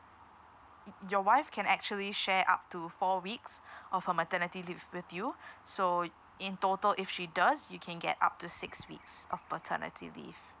y~ your wife can actually share up to four weeks of her maternity leave with you so in total if she does you can get up to six weeks of paternity leave